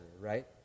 Right